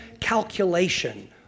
calculation